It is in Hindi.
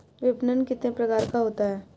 विपणन कितने प्रकार का होता है?